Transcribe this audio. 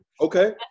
Okay